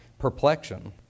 perplexion